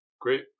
great